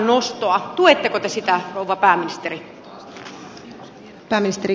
tuetteko te sitä rouva pääministeri